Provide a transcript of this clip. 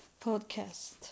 podcast